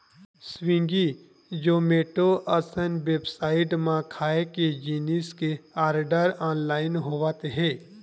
Swiggy, Zomato असन website म खाए के जिनिस के आरडर ऑनलाइन होवत हे